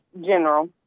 General